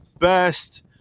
best